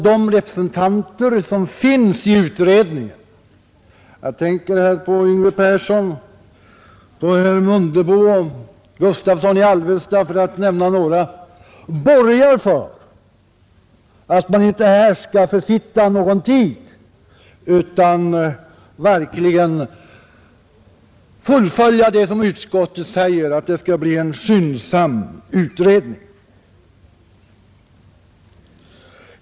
De representanter som finns med i utredningen — jag tänker på herr Yngve Persson, herr Mundebo och herr Gustavsson i Alvesta för att nämna några — borgar för att man inte här skall försitta någon tid utan verkligen fullfölja vad som står i utskottets betänkande — att det skall bli en skyndsam utredning.